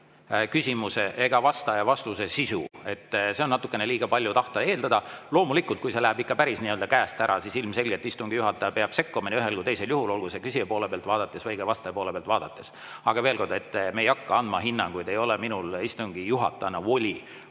küsimuse ega vastaja vastuse sisu. Seda on natukene liiga palju tahta ja eeldada. Loomulikult, kui asi läheb ikka päris käest ära, siis ilmselgelt istungi juhataja peab sekkuma nii ühel kui ka teisel juhul, olgu see küsija poole pealt vaadates või vastaja poole pealt vaadates. Aga veel kord: me ei hakka andma hinnanguid. Ei ole minul istungi juhatajana voli